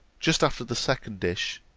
just after the second dish,